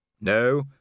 No